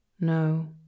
No